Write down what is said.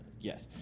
yes.